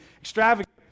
extravagant